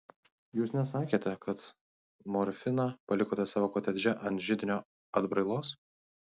jūs nesakėte kad morfiną palikote savo kotedže ant židinio atbrailos